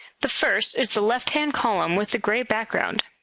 the first is the left-hand column with the grey background.